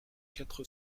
quatre